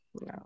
No